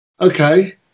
Okay